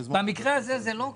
במקרה הזה זה לא כך.